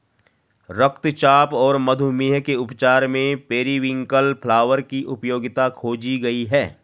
रक्तचाप और मधुमेह के उपचार में पेरीविंकल फ्लावर की उपयोगिता खोजी गई है